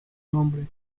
nombre